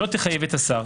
לא תחייב את השר,